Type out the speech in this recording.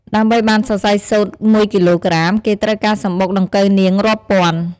ដើម្បីបានសរសៃសូត្រមួយគីឡូក្រាម គេត្រូវការសំបុកដង្កូវនាងរាប់ពាន់។